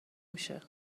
میشه